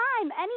Anytime